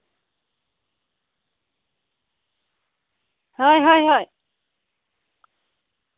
ᱦᱳᱭ ᱦᱳᱭ ᱦᱳᱭ